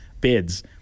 bids